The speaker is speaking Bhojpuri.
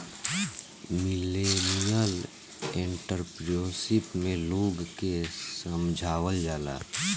मिलेनियल एंटरप्रेन्योरशिप में लोग के समझावल जाला